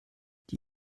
die